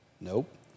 Nope